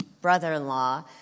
brother-in-law